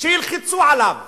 שילחצו עליו